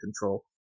control